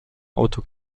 auto